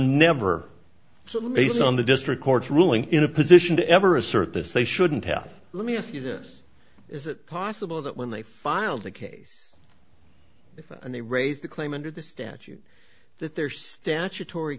never so based on the district court ruling in a position to ever assert this they shouldn't have let me ask you this is it possible that when they filed the case and they raised the claim under the statute that their statutory